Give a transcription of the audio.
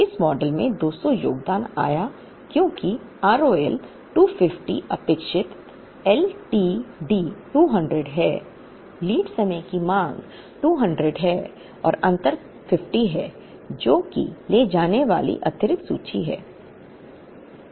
इस मॉडल में 200 योगदान आया क्योंकि R O L 250 अपेक्षित L T D 200 है लीड समय की मांग 200 है और अंतर 50 है जो कि ले जाने वाली अतिरिक्त सूची है